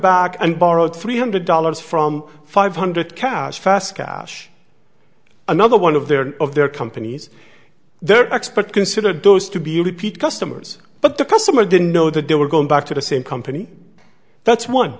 back and borrowed three hundred dollars from five hundred cash fast cash another one of their of their companies their expert considered those to be a repeat customers but the customer didn't know that they were going back to the same company that's one